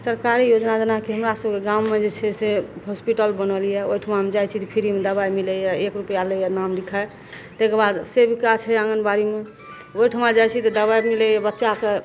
सरकारी योजना जेनाकि हमरा सभके गाममे जे छै से हॉसपिटल बनल यऽ ओहिठाम हम जाइ छी तऽ फ्रीमे दवाइ मिलैए एक रुपैआ लैए नाम लिखाइ ताहिके बाद सेविका छै आँगनबाड़ीमे ओहिठाम जाइ छी तऽ दवाइ भी मिलैए बच्चाकेँ